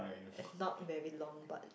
it's not very long but